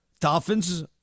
Dolphins